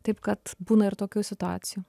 taip kad būna ir tokių situacijų